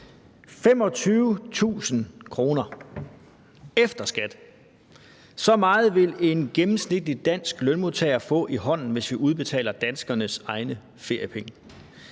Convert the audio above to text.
25.000 kr. efter skat – så meget vil en gennemsnitlig dansk lønmodtager få i hånden, hvis vi udbetaler danskernes egne feriepenge.